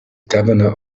governor